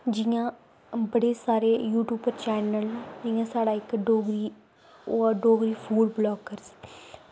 जियां बड़े सारे यूट्यूब उप्पर चैनल न जियां साढ़ा इक डोगरी ओह् ऐ डोगरी फूड ब्लागर्स